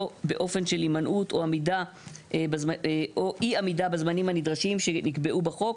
באופן של הימנעות או אי-עמידה בזמנים הנדרשים שנקבעו בחוק,